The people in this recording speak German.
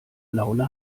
laune